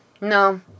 No